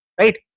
Right